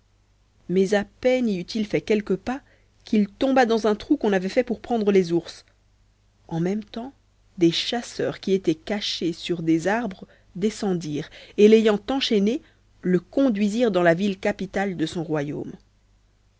mais à peine y eut-il fait quelques pas qu'il tomba dans un trou qu'on avait fait pour prendre les ours en même temps des chasseurs qui étaient cachés sur des arbres descendirent et l'ayant enchaîné le conduisirent dans la ville capitale de son royaume